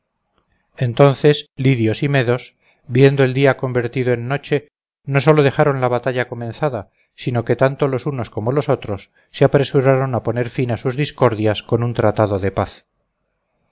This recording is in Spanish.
entonces lidios y medos viendo el día convertido en noche no solo dejaron la batalla comenzada sino que tanto los unos como los otros se apresuraron a poner fin a sus discordias con un tratado de paz